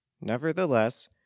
Nevertheless